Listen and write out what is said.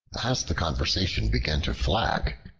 as the conversation began to flag,